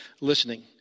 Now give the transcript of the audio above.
listening